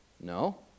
No